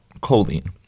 choline